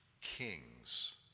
kings